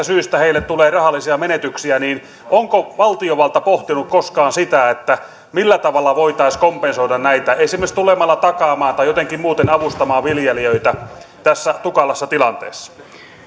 syistä heille tulee rahallisia menetyksiä onko valtiovalta pohtinut koskaan sitä millä tavalla voitaisiin kompensoida näitä esimerkiksi tulemalla takaamaan tai jotenkin muuten avustamaan viljelijöitä tässä tukalassa tilanteessa